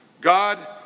God